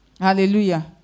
hallelujah